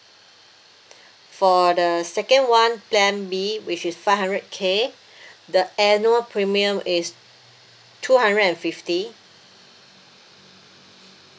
for the second [one] plan B which is five hundred K the annual premium is two hundred and fifty